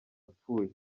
apfuye